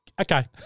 okay